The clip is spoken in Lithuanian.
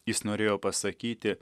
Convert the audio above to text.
jis norėjo pasakyti